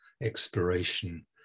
exploration